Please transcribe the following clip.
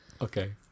Okay